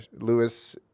Lewis